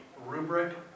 rubric